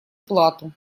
плату